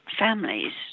families